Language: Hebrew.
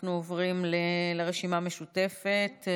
אנחנו עוברים לרשימה המשותפת.